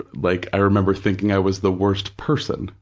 like i remember thinking i was the worst person,